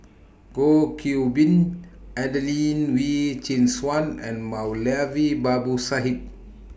Goh Qiu Bin Adelene Wee Chin Suan and Moulavi Babu Sahib